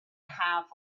half